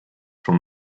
from